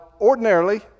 ordinarily